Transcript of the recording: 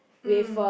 mm